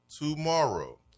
tomorrow